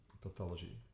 pathology